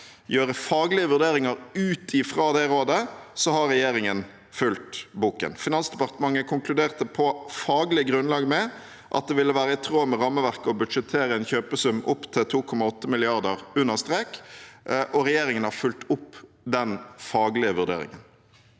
gjøre faglige vurderinger ut fra det rådet, har regjeringen fulgt boken. Finansdepartementet konkluderte på faglig grunnlag med at det ville være i tråd med rammeverket å budsjettere en kjøpesum opp til 2,8 mrd. kr under strek, og regjeringen har fulgt opp den faglige vurderingen.